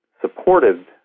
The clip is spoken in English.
supported